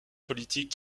politiques